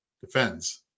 defends